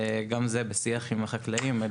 גם זה בשיח עם החקלאים.